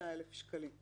75,000 שקלים.